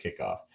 kickoff